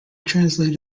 translated